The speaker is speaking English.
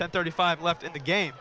ten thirty five left in the game